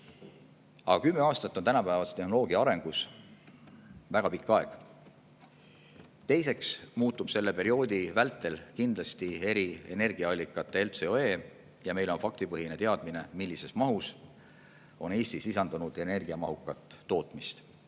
Aga 10 aastat on tänapäevase tehnoloogia arengus väga pikk aeg. Teiseks muutub selle perioodi vältel kindlasti eri energiaallikate LCOE ja meil on faktipõhine teadmine, millises mahus on Eestis lisandunud energiamahukat tootmist.